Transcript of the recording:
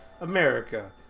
America